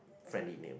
friendly neighbor